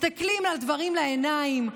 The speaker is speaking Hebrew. מסתכלים לדברים בעיניים,